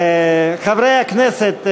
חברי הכנסת,